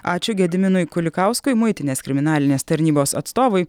ačiū gediminui kulikauskui muitinės kriminalinės tarnybos atstovui